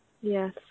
Yes